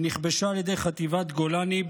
שנכבשה על ידי חטיבת גולני,